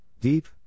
deep